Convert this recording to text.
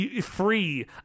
free